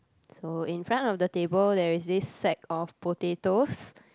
so in front of the table there is this sack of potatoes